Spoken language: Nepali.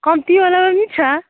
कम्ती वालामा पनि छ